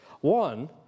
One